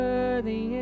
Worthy